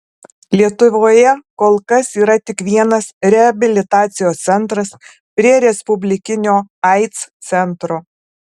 lietuvoje kol kas yra tik vienas reabilitacijos centras prie respublikinio aids centro